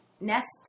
nests